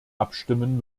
abstimmen